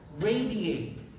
radiate